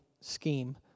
scheme